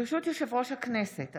ברשות יושב-ראש הכנסת,